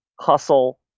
hustle